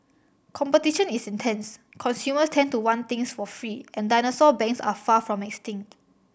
competition is intense consumers tend to want things for free and dinosaur banks are far from extinct